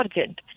urgent